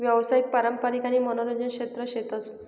यावसायिक, पारंपारिक आणि मनोरंजन क्षेत्र शेतस